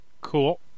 Cool